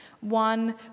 One